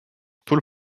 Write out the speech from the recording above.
pole